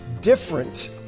different